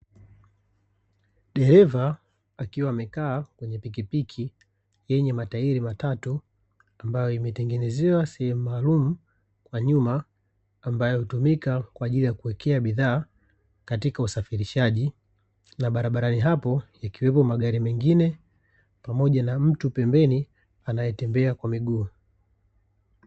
Dereva akiwa amekaa kwenye pikipiki, yenye matairi matatu, ambayo imetengenezewa sehemu maalumu kwa nyuma ambayo hutumika kwa ajili ya kuwekea bidhaa katika usafirishaji. Na barabarani hapo ikiwepo magari mengine, pamoja na mtu pembeni anayetembea kwa miguu.